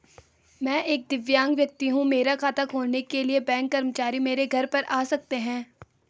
मैं एक दिव्यांग व्यक्ति हूँ मेरा खाता खोलने के लिए बैंक कर्मचारी मेरे घर पर आ सकते हैं?